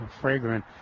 fragrant